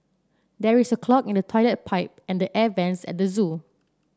there is a clog in the toilet pipe and the air vents at the zoo